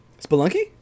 Spelunky